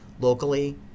locally